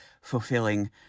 fulfilling